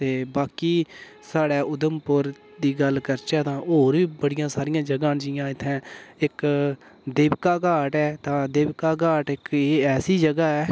ते बाकी स्हाड़ै उधमपुर दी गल्ल करचै तां होर बी बड़ियां सारियां जगह् न जियां इत्थें इक देवका घाट एह् तां देवका घाट इक एह् ऐसी जगह